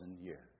years